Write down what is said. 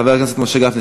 חבר הכנסת משה גפני,